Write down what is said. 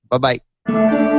Bye-bye